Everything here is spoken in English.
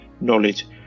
knowledge